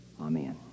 Amen